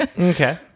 okay